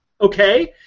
okay